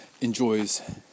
enjoys